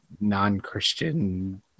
non-Christian